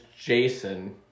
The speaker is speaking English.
Jason